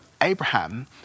Abraham